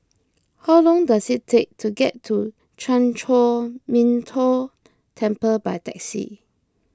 how long does it take to get to Chan Chor Min Tong Temple by taxi